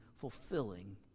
fulfilling